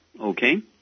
Okay